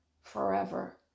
forever